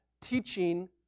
teaching